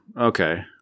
Okay